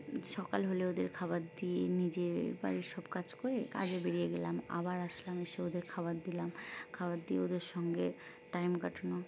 সকাল হলে ওদের খাবার দিয়ে নিজের বাড়ির সব কাজ করে কাজে বেরিয়ে গেলাম আবার আসলাম এসে ওদের খাবার দিলাম খাবার দিয়ে ওদের সঙ্গে টাইম কাটানো